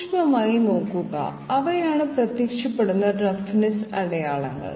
സൂക്ഷ്മമായി നോക്കുക അവയാണ് പ്രത്യക്ഷപ്പെടുന്ന റഫ്നെസ്സ് അടയാളങ്ങൾ